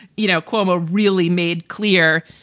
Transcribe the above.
you know, cuomo really made clear.